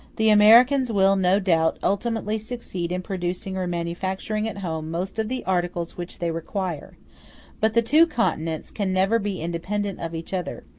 the americans will, no doubt, ultimately succeed in producing or manufacturing at home most of the articles which they require but the two continents can never be independent of each other,